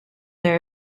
their